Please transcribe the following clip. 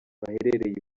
baherereye